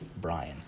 Brian